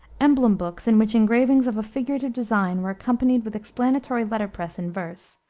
emblem books, in which engravings of a figurative design were accompanied with explanatory letterpress in verse,